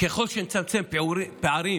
ככל שנצמצם פערים